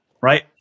right